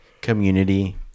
community